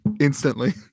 instantly